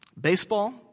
baseball